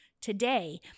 Today